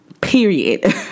Period